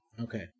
Okay